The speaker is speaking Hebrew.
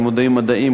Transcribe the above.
לימודי מדעים,